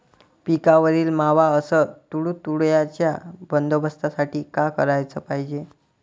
पिकावरील मावा अस तुडतुड्याइच्या बंदोबस्तासाठी का कराच पायजे?